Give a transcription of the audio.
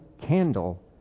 candle